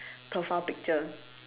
profile picture